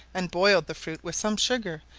and boiled the fruit with some sugar,